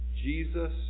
Jesus